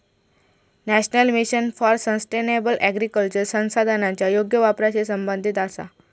national mission for sustainable agriculture संसाधनांच्या योग्य वापराशी संबंधित आसा